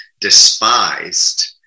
despised